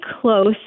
close